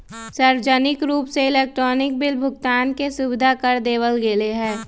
सार्वजनिक रूप से इलेक्ट्रॉनिक बिल भुगतान के सुविधा कर देवल गैले है